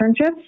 internships